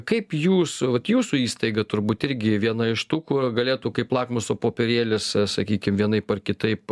kaip jūs vat jūsų įstaiga turbūt irgi viena iš tų kur galėtų kaip lakmuso popierėlis sakykim vienaip ar kitaip